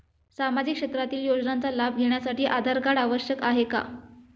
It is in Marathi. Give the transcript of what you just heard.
सामाजिक क्षेत्रातील योजनांचा लाभ घेण्यासाठी आधार कार्ड आवश्यक आहे का?